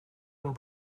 and